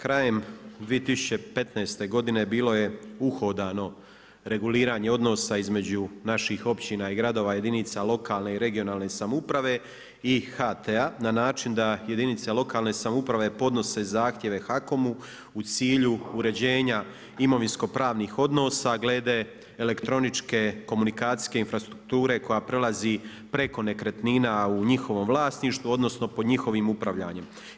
Krajem 2015. godine bilo je uhodano reguliranje odnosa između naših općina i gradova, jedinica lokalne i regionalne samouprave i HT-a na način da jedinice lokalne samouprave podnose zahtjeve HAKOM-u u cilju uređenja imovinsko-pravnih odnosa glede elektroničke komunikacijske infrastrukture koja prelazi preko nekretnina a u njihovom vlasništvu, odnosno pod njihovim upravljanjem.